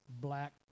black